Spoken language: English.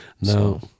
no